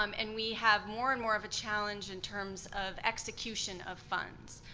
um and we have more and more of a challenge in terms of execution of funds.